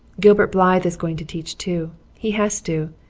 gilbert blythe is going to teach, too. he has to.